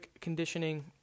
conditioning